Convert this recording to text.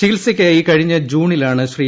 ചികിത്സയ്ക്കായി കഴിഞ്ഞ ജൂണിലാണ് ശ്രീ